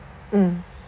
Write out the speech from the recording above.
mm